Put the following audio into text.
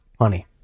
honey